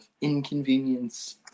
inconvenience